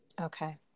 Okay